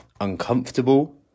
uncomfortable